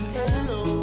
hello